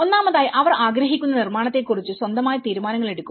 ഒന്നാമതായി അവർ ആഗ്രഹിക്കുന്ന നിർമ്മാണത്തെക്കുറിച്ച് സ്വന്തമായി തീരുമാനങ്ങൾ എടുക്കുക